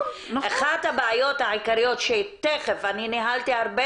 אחת הבעיות העיקריות - אני ניהלתי הרבה